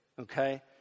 Okay